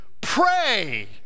pray